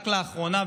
רק לאחרונה,